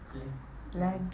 okay then